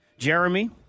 Jeremy